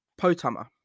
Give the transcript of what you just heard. potama